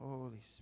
Holy